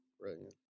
brilliant